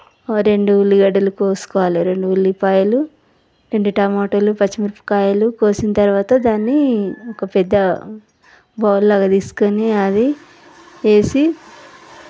ఓ రెండు ఉల్లిగడ్డలు కోసుకోవాలి రెండు ఉల్లిపాయలు రెండు టమాటలు పచ్చి మిరపకాయలు కోసిన తరువాత దాన్ని ఒక పెద్ద బౌల్ లాగా తీసుకుని అది వేసి